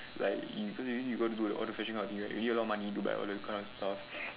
like if because if you gonna do all the fashion that kind of thing right you need a lot of money to buy all the cars and stuff